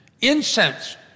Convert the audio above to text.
Incense